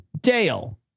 Dale